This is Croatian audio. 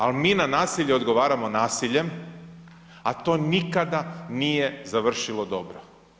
Ali mi na nasilje odgovaramo nasiljem, a to nikada nije završilo dobro.